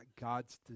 God's